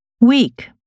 Week